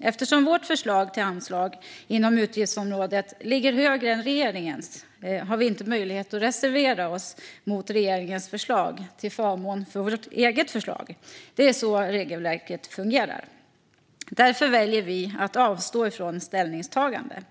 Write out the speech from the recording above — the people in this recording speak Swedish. Eftersom vårt förslag till anslag inom utgiftsområdet ligger högre än regeringens har vi inte möjlighet att reservera oss mot regeringens förslag till förmån för vårt eget förslag. Det är så regelverket fungerar. Därför väljer vi att avstå från ställningstagande.